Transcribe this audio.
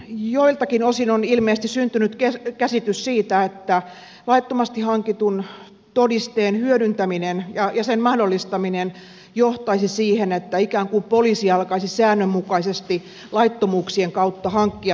joiltakin osin on ilmeisesti syntynyt käsitys siitä että laittomasti hankitun todisteen hyödyntäminen ja sen mahdollistaminen johtaisi siihen että ikään kuin poliisi alkaisi säännönmukaisesti laittomuuksien kautta hankkia todisteita